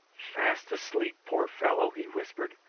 fast asleep, poor fellow! he whispered,